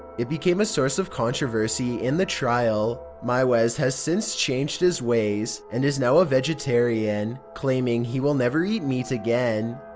it became a source of controversy in the trial. meiwes has has since changed his ways and is now a vegetarian, claiming he will never eat meat again.